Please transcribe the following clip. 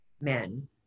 men